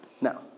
Now